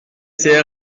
ces